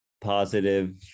positive